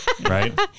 right